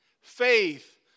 faith